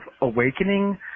awakening